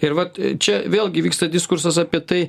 ir vat čia vėlgi vyksta diskursas apie tai